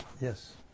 Yes